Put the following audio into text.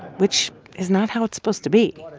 which is not how it's supposed to be.